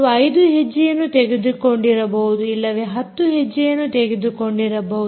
ನೀವು 5 ಹೆಜ್ಜೆಯನ್ನು ತೆಗೆದುಕೊಂಡಿರಬಹುದು ಇಲ್ಲವೇ 10 ಹೆಜ್ಜೆಯನ್ನು ತೆಗೆದುಕೊಂಡಿರಬಹುದು